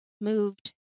moved